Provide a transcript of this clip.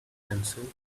answered